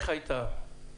איך היית קובע?